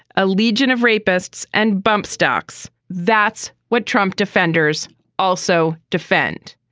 a legion of rapists and bump stocks that's what trump defenders also defend.